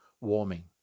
warming